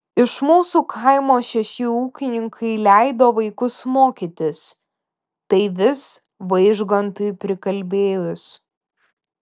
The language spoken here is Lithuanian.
iš mūsų kaimo šeši ūkininkai leido vaikus mokytis tai vis vaižgantui prikalbėjus